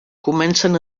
comencen